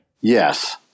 Yes